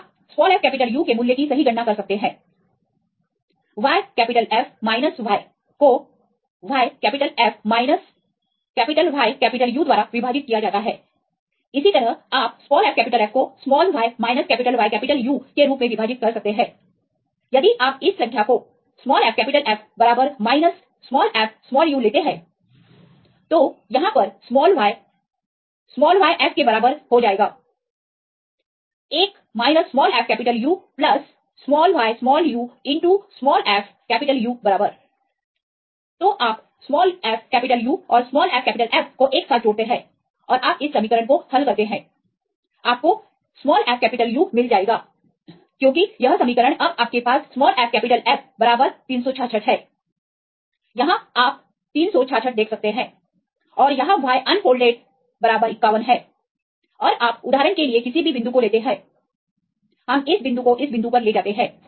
आप fU के मूल्य की सही गणना कर सकते हैंyF yको yF YU द्वारा विभाजित किया जाता है इसी तरह आप fF को y YU के रूप में विभाजित कर सकते हैं यदि आप इस संख्याको fF fuलेते हैं तो यहाँ पर y yF के बराबर हो जाएगा 1 fU yu fU बराबर तो आप fU और fF को एक साथ जोड़ते हैं और आप इस समीकरण को हल कर लेते हैं आपको fU मिल जाएगा क्योंकि यह समीकरण अब आपके पास yF 366 है यहाँ आप 366 देख सकते हैं और यहाँ y अनफोल्डेड 51 है और आप उदाहरण के लिए किसी भी बिंदु को लेते हैं हम इस बिंदु को इस बिंदु पर ले जाते हैं